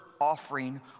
offering